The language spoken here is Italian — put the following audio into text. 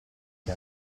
che